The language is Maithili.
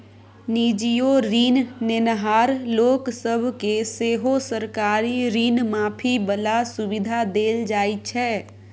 निजीयो ऋण नेनहार लोक सब केँ सेहो सरकारी ऋण माफी बला सुविधा देल जाइ छै